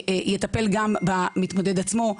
יטפל גם במתמודד עצמו,